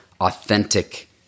authentic